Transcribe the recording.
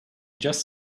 just